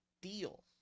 deal